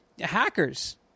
hackers